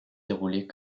déroulées